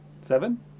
Seven